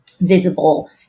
visible